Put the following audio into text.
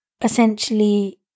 essentially